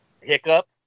hiccup